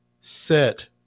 set